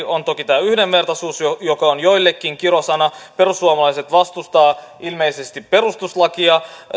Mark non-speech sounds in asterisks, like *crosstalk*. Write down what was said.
*unintelligible* on toki tämä yhdenvertaisuus joka on joillekin kirosana perussuomalaiset vastustavat ilmeisesti perustuslakia